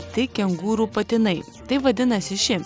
tai kengūrų patinai taip vadinasi ši